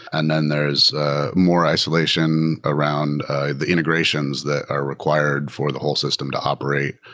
and then there's ah more isolation around the integrations that are required for the whole system to operate.